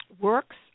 works